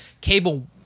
Cable